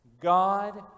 God